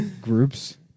groups